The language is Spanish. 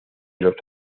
los